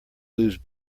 lose